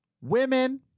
women